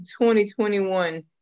2021